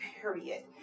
period